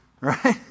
Right